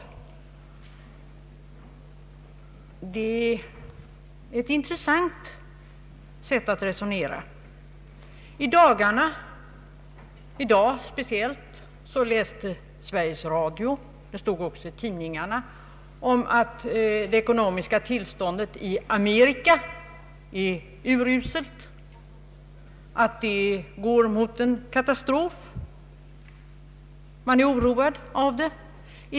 Detta är ett intressant sätt att resonera på. Senast i dag kunde vi i Sveriges Radio höra — det stod också i tidningarna — att det ekonomiska tillståndet i Amerika är uruselt, att det går mot en katastrof som är ägnad att skapa oro.